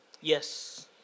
Yes